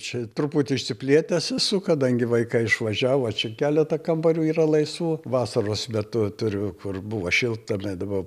čia truputį išsiplėtęs esu kadangi vaikai išvažiavo čia keletą kambarių yra laisvų vasaros metu turiu kur buvo šilta eidavau